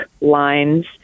lines